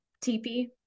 teepee